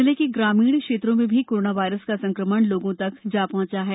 जिले के ग्रामीण क्षेत्रों में भी कोरोना वायरस का संकमण लोगों तक जा पहुंचा है